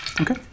okay